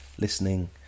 listening